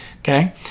Okay